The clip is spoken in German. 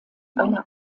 eine